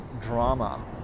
drama